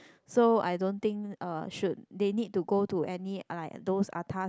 so I don't think uh should they need to go to any uh like those atas